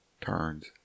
turns